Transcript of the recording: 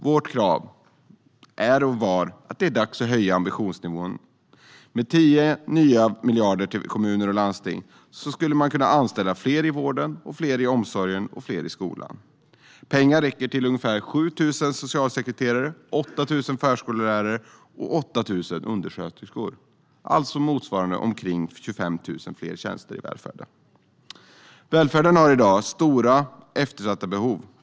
Vårt krav var och är att det är dags att höja ambitionsnivån. Med 10 nya miljarder till kommuner och landsting skulle man kunna anställa fler i vården, omsorgen och skolan. Pengarna räcker till ungefär 7 000 socialsekreterare, 8 000 förskollärare och 8 000 undersköterskor. Det motsvarar alltså omkring 25 000 fler tjänster i välfärden. Välfärden har i dag stora eftersatta behov.